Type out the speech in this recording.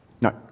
No